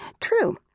True